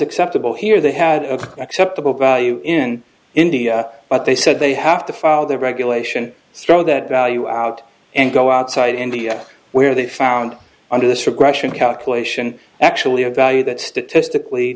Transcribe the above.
acceptable here they had an acceptable value in india but they said they have to follow the regulation throw that value out and go outside india where they found under this regression calculation actually a value that statistically